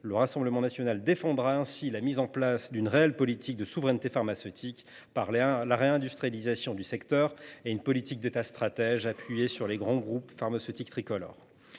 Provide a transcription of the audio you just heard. Le Rassemblement national défendra la mise en place d’une réelle politique de souveraineté pharmaceutique par la réindustrialisation du secteur et par une politique d’État stratège appuyée sur les grands groupes pharmaceutiques tricolores.